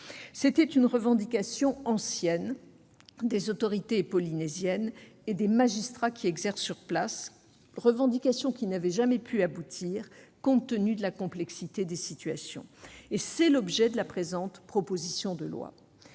C'était une revendication ancienne des autorités polynésiennes et des magistrats exerçant sur place, revendication qui n'avait jamais pu aboutir compte tenu de la complexité des situations. Tel est l'objet de la présente proposition de loi.